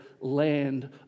land